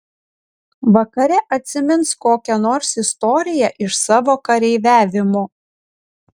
vakare atsimins kokią nors istoriją iš savo kareiviavimo